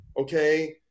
Okay